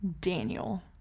Daniel